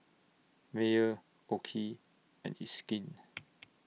Mayer OKI and It's Skin